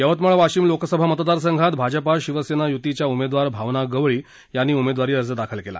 यवतमाळ वाशिम लोकसभा मतदारसंघात भाजपा शिवसेना युतीच्या उमेदवार भावना गवळी यांनी उमेदवारी अर्ज दाखल केला